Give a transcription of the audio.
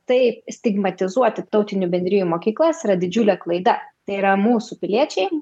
taip stigmatizuoti tautinių bendrijų mokyklas yra didžiulė klaida tai yra mūsų piliečiai